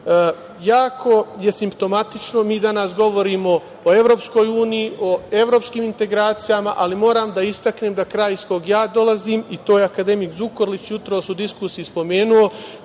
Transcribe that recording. je simptomatično. Mi danas govorimo o EU, o evropskim integracijama, ali moram da istaknem da u kraju iz koga ja dolazim, i to je akademik Zukorlić jutros u diskusiji spomenuo,